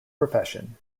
profession